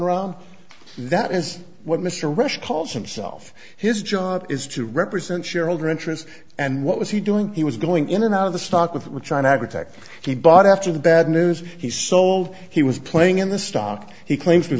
around that is what mr rush calls himself his job is to represent shareholder interests and what was he doing he was going in and out of the stock with which on aggregate he bought after the bad news he sold he was playing in the stock he claims to be